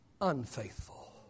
unfaithful